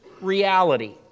reality